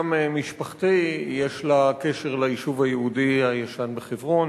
גם משפחתי יש לה קשר ליישוב היהודי הישן בחברון,